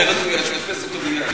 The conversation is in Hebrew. אחרת הוא יאשפז אותו מייד.